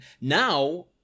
Now